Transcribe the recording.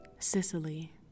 Sicily